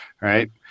right